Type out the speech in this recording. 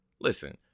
listen